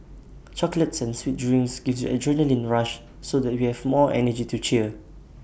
chocolates and sweet drinks gives adrenaline rush so that we have more energy to cheer